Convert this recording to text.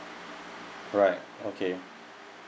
alright okay